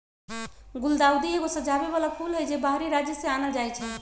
गुलदाऊदी एगो सजाबे बला फूल हई, जे बाहरी राज्य से आनल जाइ छै